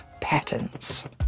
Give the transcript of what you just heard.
patterns